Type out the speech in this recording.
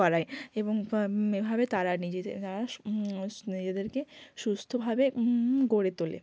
করায় এবং এভাবে তারা নিজেদের তারা নিজেদেরকে সুস্থভাবে গড়ে তোলে